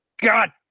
god